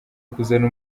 kuzana